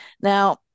Now